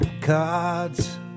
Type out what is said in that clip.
cards